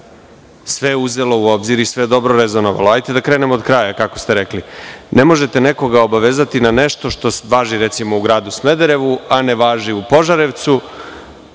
sve uzelo u obzir i sve dobro rezonovalo. Ali, hajde da krenemo od kraja, kako ste rekli. Ne možete nekoga obavezati na nešto što važi, recimo, u gradu Smederevu, a ne važi u Požarevcu,